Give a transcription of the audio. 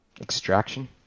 Extraction